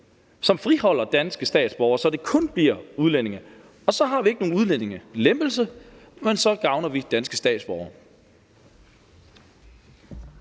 som friholder danske statsborgere, så det kun bliver udlændinge, og så har vi ikke en udlændingelempelse, men så gavner vi danske statsborgere.